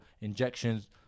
Injections